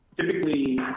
typically